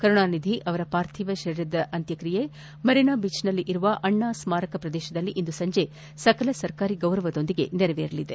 ಕರುಣಾನಿಧಿ ಅವರ ಪಾರ್ಥಿವ ಶರೀರದ ಅಂತ್ಯಕ್ಷಿಯೆ ಮರಿನಾ ಬೀಚ್ನಲ್ಲಿರುವ ಅಣ್ಣಾ ಸ್ಮಾರಕ ಪ್ರದೇಶದಲ್ಲಿ ಇಂದು ಸಂಜೆ ಸಕಲ ಸರ್ಕಾರಿ ಗೌರವದೊಂದಿಗೆ ನೆರವೇರಲಿದೆ